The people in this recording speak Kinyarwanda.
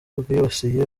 bwibasiye